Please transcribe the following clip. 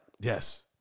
Yes